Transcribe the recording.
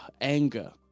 anger